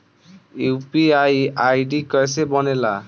UPI ID कैसे बनेला?